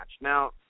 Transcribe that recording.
Now